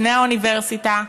לפני האוניברסיטה,